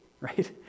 right